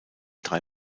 drei